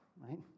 right